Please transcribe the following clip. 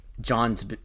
John's